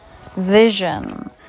vision